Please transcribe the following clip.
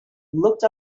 looked